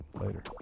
Later